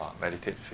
meditate